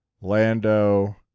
Lando